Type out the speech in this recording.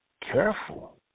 careful